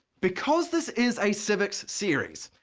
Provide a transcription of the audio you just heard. because this is a civics series,